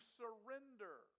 surrender